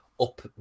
up